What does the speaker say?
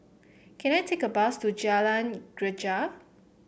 can I take a bus to Jalan Greja